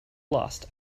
lost